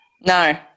No